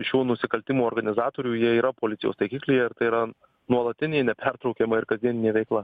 šių nusikaltimų organizatorių jie yra policijos taikiklyjeir tai yra nuolatinė nepertraukiama ir kasdieninė veikla